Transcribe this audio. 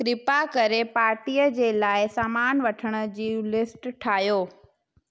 कृपा करे पार्टीअ जे लाइ सामान वठण जूं लिस्ट ठाहियो